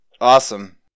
awesome